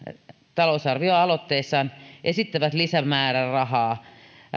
talousarvioaloitteissaan esittävät lisämäärärahaa